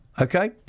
Okay